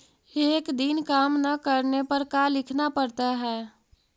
एक दिन काम न करने पर का लिखना पड़ता है?